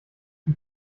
die